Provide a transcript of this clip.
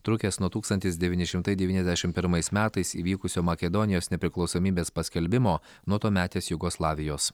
trukęs nuo tūkstantis devyni šimtai devyniasdešim pirmais metais įvykusio makedonijos nepriklausomybės paskelbimo nuo tuometės jugoslavijos